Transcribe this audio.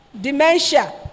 dementia